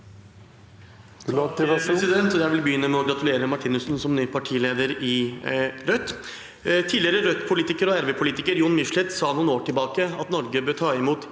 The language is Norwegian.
Jeg vil begynne med å gratulere Sneve Martinussen som ny partileder i Rødt. Tidligere Rødt-politiker og RV-politiker Jon Michelet sa for noen år tilbake at Norge bør ta imot